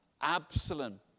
Absalom